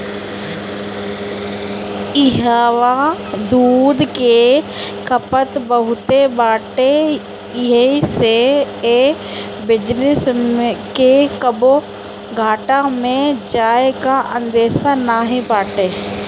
इहवा दूध के खपत बहुते बाटे एही से ए बिजनेस के कबो घाटा में जाए के अंदेशा नाई बाटे